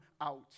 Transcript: out